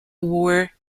war